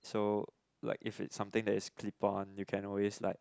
so like if it's something that is clip on you can always like